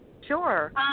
Sure